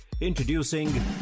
Introducing